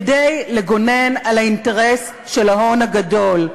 כדי לגונן על האינטרס של ההון הגדול.